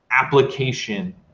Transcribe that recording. application